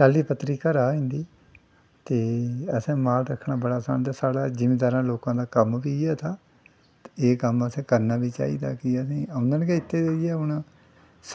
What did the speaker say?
डाली पत्तर घरा दा होई जंदी ते असें माल रक्खना बड़ा असान ते साढ़ा जमींदारें लोके दा कम्म बी इ'यै हा ते एह् कम्म असें करना बी चाहिदा ते एह् आमदन गै असें इत्थै हून